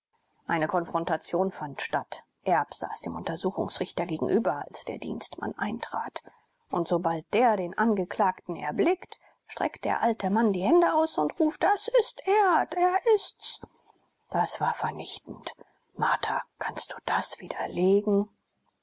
eine konfrontation fand statt erb saß dem untersuchungsrichter gegenüber als der dienstmann eintrat und sobald der den angeklagten erblickt streckt der alte mann die hände aus und ruft das ist er der ist's das war vernichtend martha kannst du das widerlegen